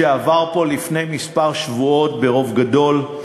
שעבר פה לפני כמה שבועות ברוב גדול,